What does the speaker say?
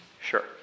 Sure